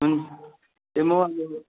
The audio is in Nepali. ए म यो